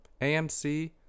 AMC